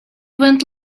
went